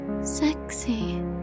Sexy